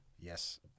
Yes